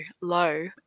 low